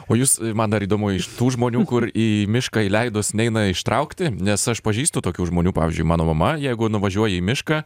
o jūs man dar įdomu iš tų žmonių kur į mišką įleidus neina ištraukti nes aš pažįstu tokių žmonių pavyzdžiui mano mama jeigu nuvažiuoji į mišką